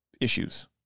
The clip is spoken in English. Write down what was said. issues